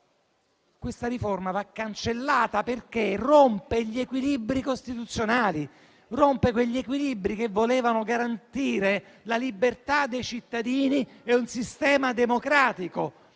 Questa riforma va cancellata, perché rompe gli equilibri costituzionali, rompe quegli equilibri che volevano garantire la libertà dei cittadini e un sistema democratico,